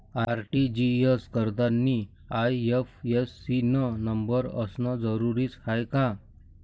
RTGS करतांनी IFSC न number असनं जरुरीच हाय का?